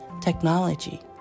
technology